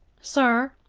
sir,